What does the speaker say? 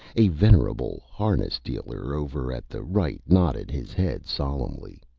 a venerable harness dealer over at the right nodded his head solemnly.